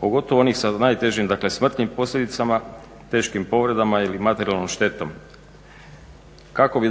pogotovo onih sa najtežim dakle smrtnim posljedicama, teškim povredama ili materijalnom štetom, kako bi